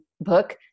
book